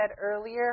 earlier